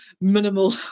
minimal